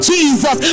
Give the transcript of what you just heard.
Jesus